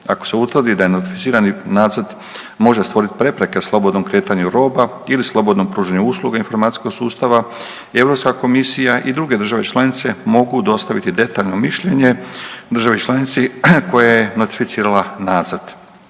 Ako se utvrdi da je notificirani nacrt može stvoriti prepreke slobodnom kretanju roba ili slobodnom pružanju usluga informacijskog sustava Europska komisija i druge države članice mogu dostaviti detaljno mišljenje državi članici koja je notificirala nacrt.